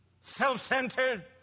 self-centered